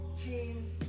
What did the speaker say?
teams